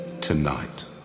tonight